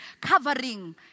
covering